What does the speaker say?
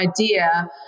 idea